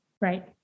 Right